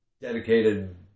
dedicated